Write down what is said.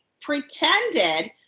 pretended